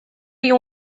you